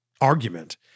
argument